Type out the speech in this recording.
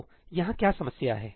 तो यहाँ क्या समस्या है